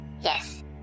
Yes